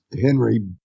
Henry